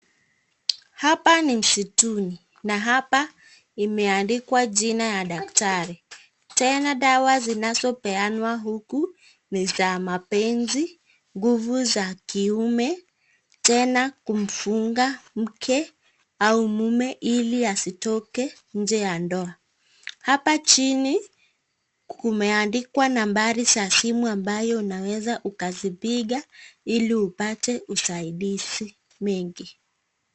Hapa ni mstuni na imeandikwa jina ya daktari tena dawa zinazopeanwa ni za mpenzi, nguvu za kiume, tena kumfunga mke au mumu hili hasitoke njee ya ndoa. Hapa chini kumeandikwa numbari za simu ambayo unaweza ukazipika hili upate usadizi mengi.